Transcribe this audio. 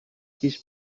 his